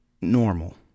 normal